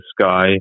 sky